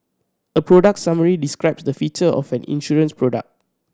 a product summary describes the feature of an insurance product